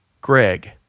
Greg